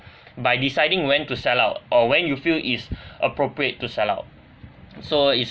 by deciding when to sell out or when you feel is appropriate to sell out so it's